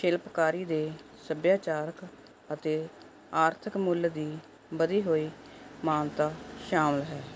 ਸ਼ਿਲਪਕਾਰੀ ਦੇ ਸੱਭਿਆਚਾਰਕ ਅਤੇ ਆਰਥਿਕ ਮੁੱਲ ਦੀ ਵਧੀ ਹੋਈ ਮਾਨਤਾ ਸ਼ਾਮਿਲ ਹੈ